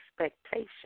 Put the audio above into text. expectation